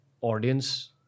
audience